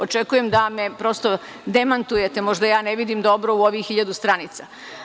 Očekujem da me, prosto demantujete, možda ja ne vidim dobro u ovih hiljadu stranica.